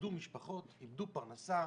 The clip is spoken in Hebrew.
שאיבדו משפחות ואיבדו פרנסה,